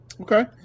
Okay